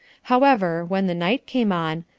however, when the night came on,